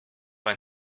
ein